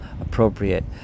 appropriate